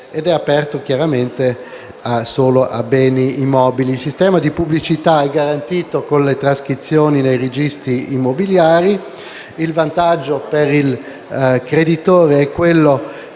ed è aperto, chiaramente, solo ai beni immobili. Il sistema di pubblicità è garantito con le trascrizioni nei registri immobiliari. Il vantaggio per il creditore sta nel